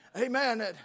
amen